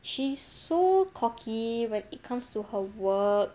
she's so cocky when it comes to her work